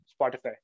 Spotify